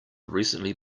recently